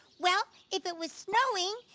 well if it was snowing,